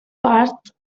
part